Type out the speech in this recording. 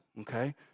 okay